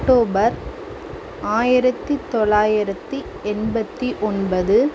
October ஆயிரத்து தொள்ளாயிரத்து எண்பத்து ஒன்பது